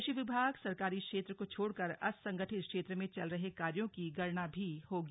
कृषि विभाग सरकारी क्षेत्र को छोड़कर असंगठित क्षेत्र में चल रहे कार्यो की गणना भी होगी